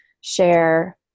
share